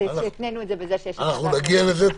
שהתנינו בזה --- אנחנו נגיע לזה.